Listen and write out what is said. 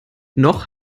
noch